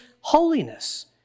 holiness